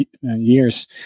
years